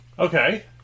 Okay